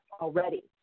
already